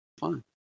Fine